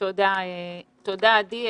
תודה, עדי.